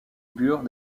bure